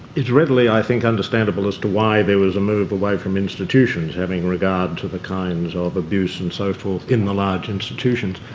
it's readily, i think, understandable as to why there was a move away from institutions, having regard to the kinds of abuse and so forth in the large institutions.